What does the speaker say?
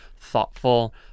thoughtful